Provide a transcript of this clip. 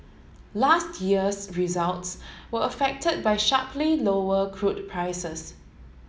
last year's results were affected by sharply lower crude prices